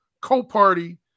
co-party